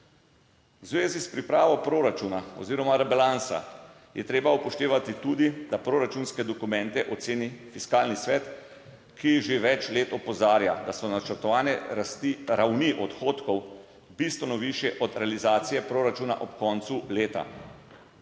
V zvezi s pripravo proračuna oziroma rebalansa, je treba upoštevati tudi, da proračunske dokumente oceni Fiskalni svet, ki že več let opozarja, da so načrtovane rasti ravni odhodkov bistveno višje od realizacije proračuna ob koncu leta.